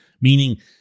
Meaning